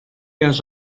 has